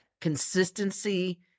Consistency